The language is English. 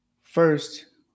First